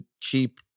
keep